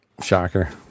Shocker